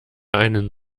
einen